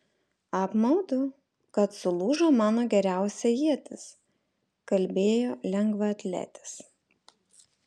apmaudu kad sulūžo mano geriausia ietis kalbėjo lengvaatletis